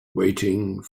waiting